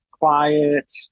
quiet